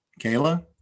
Kayla